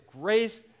grace